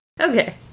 Okay